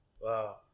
Wow